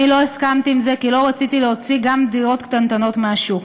אני לא הסכמתי עם זה כי לא רציתי להוציא גם דירות קטנטנות מהשוק.